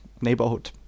neighborhood